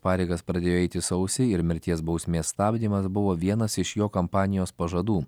pareigas pradėjo eiti sausį ir mirties bausmės stabdymas buvo vienas iš jo kampanijos pažadų